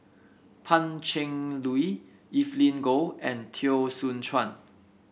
Pan Cheng Lui Evelyn Goh and Teo Soon Chuan